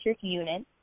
unit